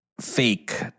fake